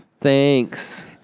Thanks